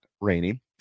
rainy